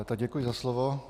Tak děkuji za slovo.